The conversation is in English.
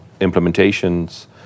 implementations